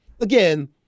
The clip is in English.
again